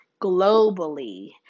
globally